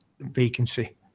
vacancy